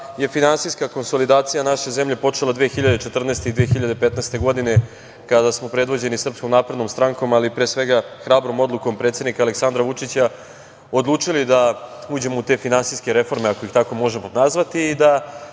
je finansijska konsolidacija naše zemlje počela 2014. i 2015. godine, kada smo predvođeni Srpskom naprednom strankom, ali pre svega, hrabrom odlukom predsednika Aleksandra Vučića odličili da uđemo u te finansijske reforme, ako ih tako možemo nazvati